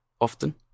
often